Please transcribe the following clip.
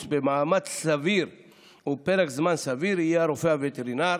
במאמץ סביר ובפרק זמן סביר יהיה הרופא הווטרינר